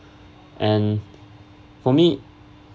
and for me